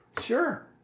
Sure